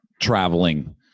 traveling